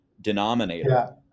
denominator